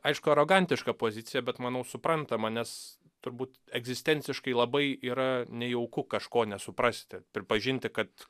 aišku arogantiška pozicija bet manau suprantama nes turbūt egzistenciškai labai yra nejauku kažko nesuprasti pripažinti kad